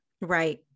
Right